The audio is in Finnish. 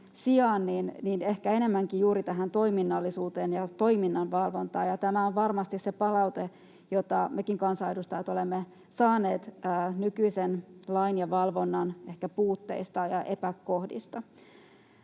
sijaan ehkä enemmänkin juuri tähän toiminnallisuuteen ja toiminnan valvontaan, ja tämä on varmasti se palaute, jota mekin kansanedustajat olemme saaneet nykyisen lain ja valvonnan puutteista ja epäkohdista.